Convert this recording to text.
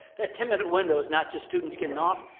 that ten minute window is not just students getting off,